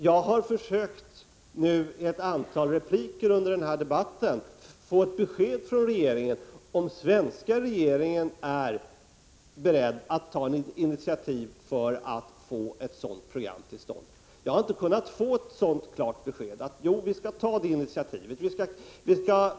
Jag har under ett antal repliker i denna debatt försökt att få ett besked från statsrådet om huruvida den svenska regeringen är beredd att ta initiativ för att få till stånd ett internationellt samordnat program. Jag har inte erhållit något klart besked. Statsrådet har inte sagt: Jo, vi skall ta ett sådant initiativ.